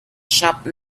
sharp